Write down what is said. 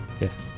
Yes